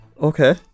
Okay